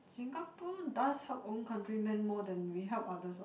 Singapore does help own countryman more than we help others what